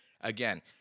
again